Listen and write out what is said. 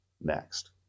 next